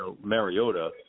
Mariota